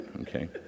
okay